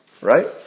right